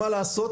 מה לעשות,